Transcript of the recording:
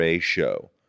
show